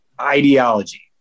ideology